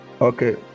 Okay